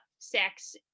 sex